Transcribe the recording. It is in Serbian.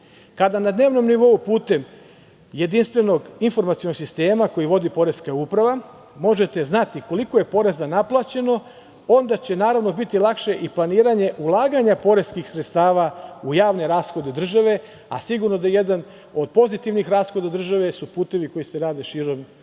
Kada na dnevnom nivou putem Jedinstvenog informacionog sistema koji vodi poreska uprava, možete znati koliko je poreza naplaćeno, onda će naravno biti lakše i planiranje ulaganja poreskih sredstava u javne rashode države, a sigurno da jedan od pozitivnih rashoda države su putevi koji se rade širom